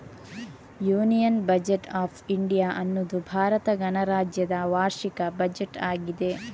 union budget of India ಅನ್ನುದು ಭಾರತ ಗಣರಾಜ್ಯದ ವಾರ್ಷಿಕ ಬಜೆಟ್ ಆಗಿದೆ